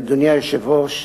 אדוני היושב-ראש,